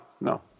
no